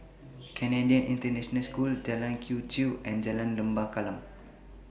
Canadian International School Jalan Quee Chew and Jalan Lembah Kallang